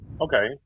Okay